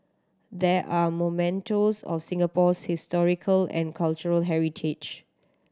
they are mementos of Singapore's historical and cultural heritage